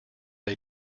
they